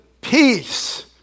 peace